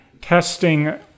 testing